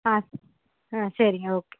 ஆ ஆ சரிங்க ஓகே